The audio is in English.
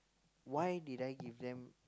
why did I give them